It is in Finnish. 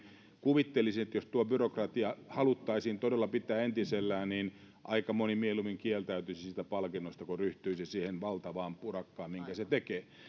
kuvittelisin että jos tuo byrokratia haluttaisiin todella pitää entisellään niin aika moni mieluummin kieltäytyisi siitä palkinnosta kuin ryhtyisi siihen valtavaan urakkaan minkä se tekee